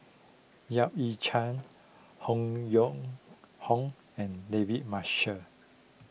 Yap Ee Chian Han Yong Hong and David Marshall